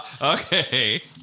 Okay